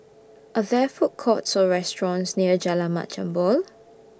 Are There Food Courts Or restaurants near Jalan Mat Jambol